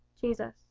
Jesus